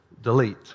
delete